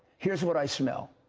here's what i smell.